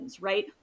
right